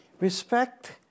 respect